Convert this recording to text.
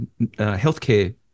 healthcare